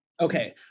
Okay